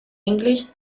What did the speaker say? english